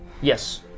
Yes